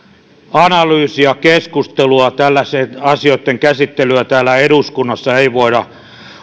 analyysi ja keskustelua tällaisten asioitten käsittelyä täällä eduskunnassa ei voida